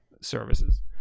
services